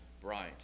bright